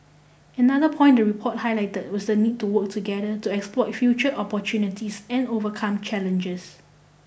another point the report highlight was the need to work together to exploit future opportunities and overcome challenges